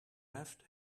left